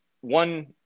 one